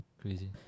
crazy